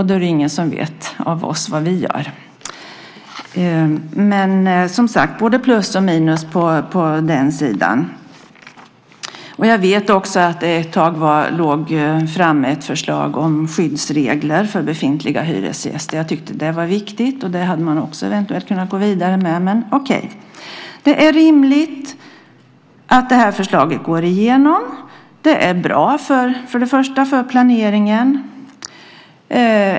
Då är det ingen av oss som vet vad vi gör. Men som sagt: Det finns både plus och minus på den sidan. Jag vet att det ett tag fanns ett förslag framme om skyddsregler för befintliga hyresgäster. Jag tyckte att det var viktigt, och det hade man också eventuellt kunnat gå vidare med. Men okej - det är rimligt att förslaget går igenom. Det är först och främst bra för planeringen.